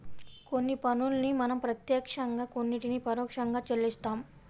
కొన్ని పన్నుల్ని మనం ప్రత్యక్షంగా కొన్నిటిని పరోక్షంగా చెల్లిస్తాం